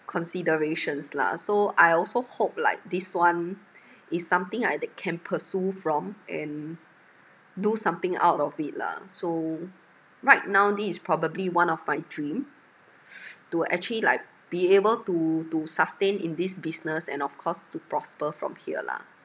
considerations lah so I also hope like this one is something I that can pursue from and do something out of it lah so right now this is probably one of my dream to actually like be able to to sustain in this business and of course to prosper from here lah